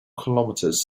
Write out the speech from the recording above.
kilometres